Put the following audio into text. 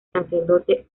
sacerdote